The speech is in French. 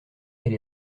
elle